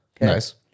Nice